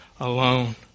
alone